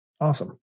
Awesome